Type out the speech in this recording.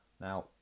now